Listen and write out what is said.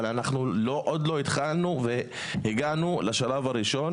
אבל אנחנו עוד לא התחלנו והגענו לשלב הראשון